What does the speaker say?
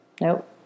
Nope